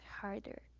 harder